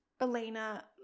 Elena